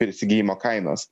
įsigijimo kainos